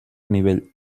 nivell